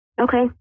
Okay